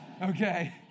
Okay